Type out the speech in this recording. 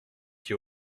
qui